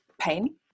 pain